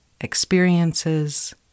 experiences